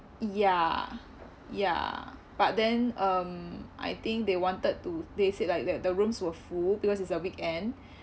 ya ya but then um I think they wanted to they said like the the rooms were full because it's a weekend